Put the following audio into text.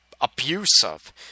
abusive